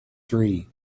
three